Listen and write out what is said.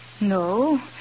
No